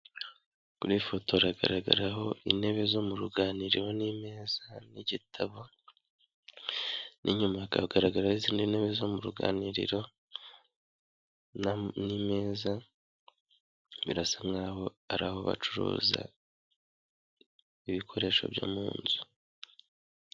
Muri iy'ifoto haragaraho intebe zo mu ruganiriro n'imeza n'igitabo inyuma hakagaragara izindi ntebe zo mu ruganiriro n'imeza birasa nkaho ari aho bacuruza ibikoresho byo mu nzu.